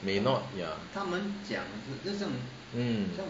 may not ya mm